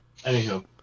Anywho